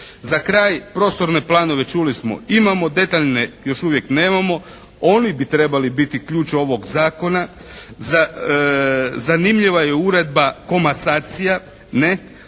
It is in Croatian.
Za kraj, prostorne planove čuli smo imamo, detaljne još uvijek nemamo. Oni bi trebali biti ključ ovog zakona. Zanimljiva je uredba komasacija, ne.